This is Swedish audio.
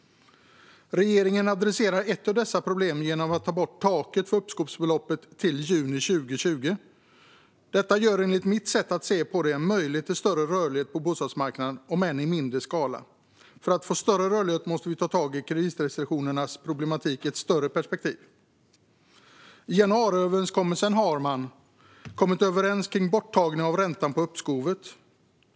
Regeringen adresserar ett av dessa problem genom att ta bort taket för uppskovsbeloppet till juni 2020. Detta gör det enligt mitt sätt att se det möjligt med större rörlighet på bostadsmarknaden, om än i mindre skala. För att få större rörlighet måste vi ta tag i problematiken med kreditrestriktionerna i ett större perspektiv. I januariöverenskommelsen har man kommit överens om att ta bort räntan på uppskovet.